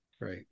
Right